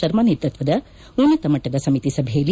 ಶರ್ಮ ನೇತೃತ್ವದ ಉನ್ನತಮಟ್ಟದ ಸಮಿತಿ ಸಭೆಯಲ್ಲಿ